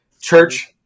Church